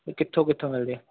ਵੀ ਕਿੱਥੋਂ ਕਿੱਥੋਂ ਮਿਲਦੇ